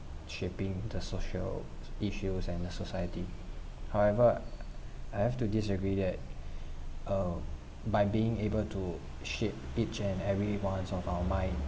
shaping the social issues and the society however I have to disagree that uh by being able to shape each and every ones of our mind